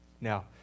Now